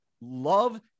love